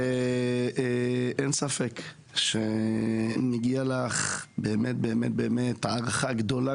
אין ספק שמגיעה לך באמת באמת הערכה גדולה